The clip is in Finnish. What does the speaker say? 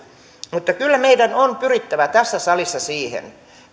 kyllä meidän on pyrittävä tässä salissa siihen